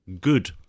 good